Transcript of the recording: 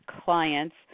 clients